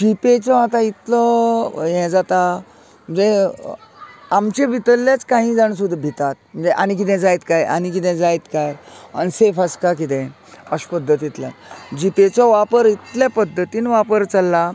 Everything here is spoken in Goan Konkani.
जीपेचो आता इतलो यें जाता जें आमचे भितरलेच कांयी जाण सुद्दां भितात म्हणजे आनी कितें जायत कांय आनी कितें जायत कांय अनसेफ आसता कितें अश पद्दतींतल्यान जीपेचो वापर इतले पद्दतीन वापर चल्ला